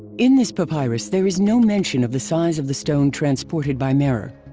in this papyrus there is no mention of the size of the stone transported by merer.